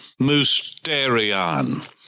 musterion